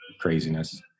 craziness